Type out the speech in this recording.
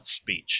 speech